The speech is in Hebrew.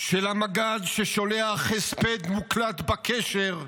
של המג"ד, ששולח הספד מוקלט בקשר,